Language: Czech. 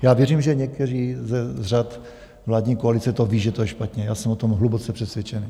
Já věřím, že někteří z řad vládní koalice to vědí, že to je špatně, já jsem o tom hluboce přesvědčen.